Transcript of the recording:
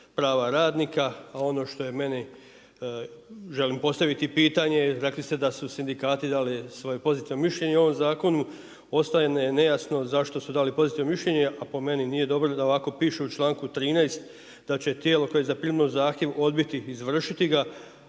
prava radnika, a ono što je meni, želim postaviti pitanje. Rekli ste da su sindikati dali svoje pozitivno mišljenje o ovom zakonu. Ostaje nejasno zašto su dali pozitivno mišljenje, a po meni nije dobro da ovako pišu u čl. 13. da će tijelo koje je zaprimilo zahtjev odbiti izvršiti ga,